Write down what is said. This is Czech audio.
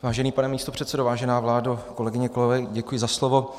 Vážený pane místopředsedo, vážená vládo, kolegyně a kolegové, děkuji za slovo.